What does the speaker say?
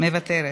מוותרת,